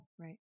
Right